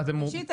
ראשית,